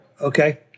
Okay